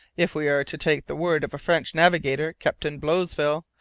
if we are to take the word of a french navigator, captain blosseville,